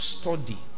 study